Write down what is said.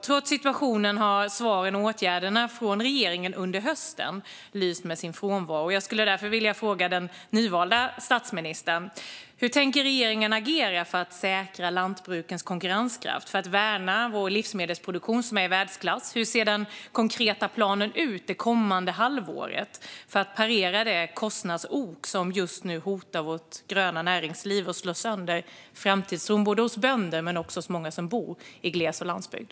Trots situationen har svaren och åtgärderna från regeringen under hösten lyst med sin frånvaro. Jag skulle därför vilja fråga den nyvalda statsministern: Hur tänker regeringen agera för att säkra lantbrukens konkurrenskraft och för att värna vår livsmedelsproduktion, som är i världsklass? Hur ser den konkreta planen ut det kommande halvåret för att parera det kostnadsok som just nu hotar vårt gröna näringsliv och som slår sönder framtidstron för bönder men också för många andra som bor i gles och landsbygd?